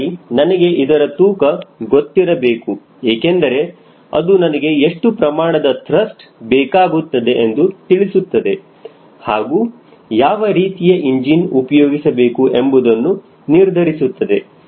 ಹೀಗಾಗಿ ನನಗೆ ಇದರ ತೂಕ ಗೊತ್ತಿರಬೇಕು ಏಕೆಂದರೆ ಅದು ನನಗೆ ಎಷ್ಟು ಪ್ರಮಾಣದ ತ್ರಸ್ಟ್ ಬೇಕಾಗುತ್ತದೆ ಎಂದು ತಿಳಿಸುತ್ತದೆ ಹಾಗೂ ಯಾವ ರೀತಿಯ ಇಂಜಿನ್ ಉಪಯೋಗಿಸಬೇಕು ಎಂಬುದನ್ನು ನಿರ್ಧರಿಸುತ್ತದೆ